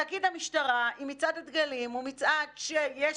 תגיד המשטרה מצעד הדגלים הוא מצעד שיש